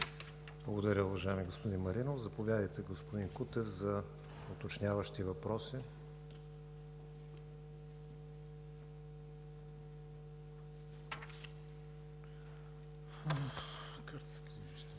Благодаря, уважаеми господин Маринов. Заповядайте, господин Кутев, за уточняващи въпроси. АНТОН КУТЕВ